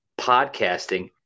podcasting